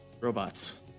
robots